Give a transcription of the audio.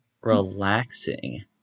relaxing